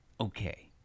Okay